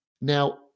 Now